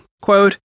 quote